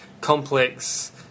complex